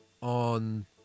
on